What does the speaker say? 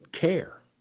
care